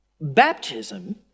Baptism